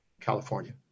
California